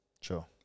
Sure